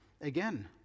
again